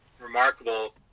remarkable